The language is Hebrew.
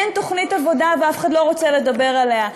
אין תוכנית עבודה ואף אחד לא רוצה לדבר עליה.